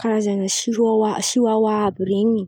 Karazan̈a sihoahoa sihoahoa àby ren̈y.